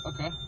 okay